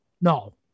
No